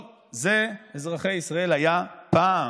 טוב, זה, אזרחי ישראל, היה פעם.